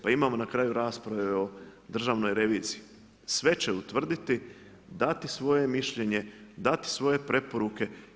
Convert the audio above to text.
Pa imamo na kraju rasprave o državnoj reviziji, sve će utvrditi, dati svoje mišljenje, dati svoje preporuke.